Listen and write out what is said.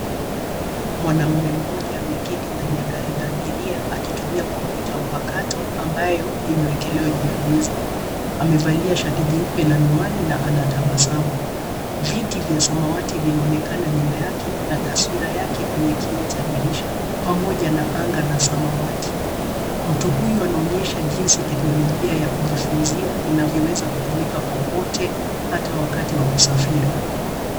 Mwanaume mmoja ameketi ndani ya gari la abiria akitumia kompyuta mpakato, ambayo imewekelewa juu ya meza. Amevalia shati jeupe na miwani na anatabasamu. Viti vya samawati vinaonekana nyuma yake, na taswira yake kwenye kioo cha dirisha, pamoja na anga la samawati. Mtu huyu anaonyesha jinsi teknolojia ya kujifunzia inavyoweza kutumika popote, hata wakati wa kusafiri.